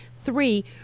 Three